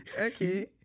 Okay